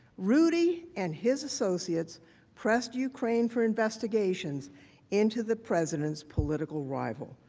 rudy and his associates pressed ukraine for investigations into the president's political rivals.